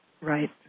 Right